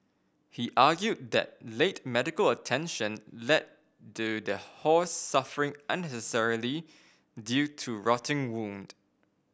he argued that late medical attention led to the horse suffering unnecessarily due to rotting wound